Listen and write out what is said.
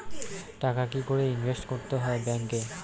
টাকা কি করে ইনভেস্ট করতে হয় ব্যাংক এ?